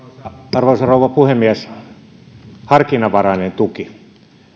arvoisa rouva puhemies harkinnanvarainen tuki